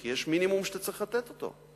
כי יש מינימום שאתה צריך לתת אותו.